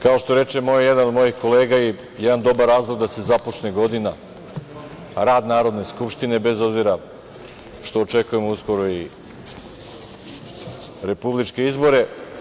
Kao što reče jedan od mojih kolega, i jedan dobar razlog da se započne godina, rad Narodne skupštine bez obzira što očekujemo uskoro i republičke izbore.